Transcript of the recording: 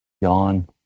Yawn